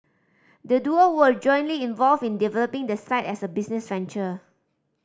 the duo were jointly involved in developing the site as a business venture